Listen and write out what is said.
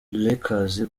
lakers